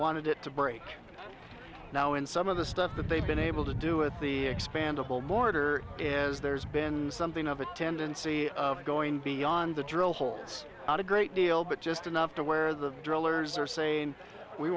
wanted it to break now and some of the stuff that they've been able to do with the expandable mortar is there's been something of a tendency of going beyond the drill holes not a great deal but just enough to where the drillers are saying we